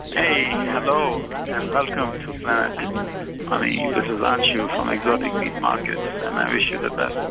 hey hello and welcome to planet money. this is anshu from exotic meat markets, and i wish you the best